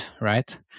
right